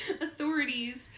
Authorities